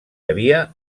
havia